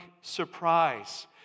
surprise